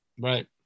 Right